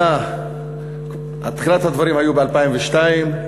תחילת הדברים הייתה ב-2002,